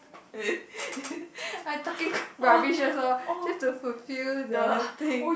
I talking rubbish that's all just to fulfill the thing